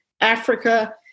Africa